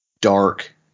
dark